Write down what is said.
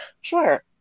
Sure